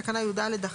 תקנת משנה (יד1),